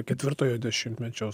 ketvirtojo dešimtmečio